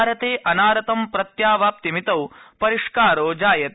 भारते अनारत प्रत्यवाप्निमितौ परिष्कारो जाजायते